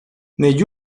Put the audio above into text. negli